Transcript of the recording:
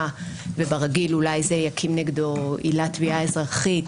וברגיל אולי זה יקים נגדו עילת תביעה אזרחית